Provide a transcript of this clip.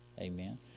Amen